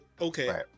Okay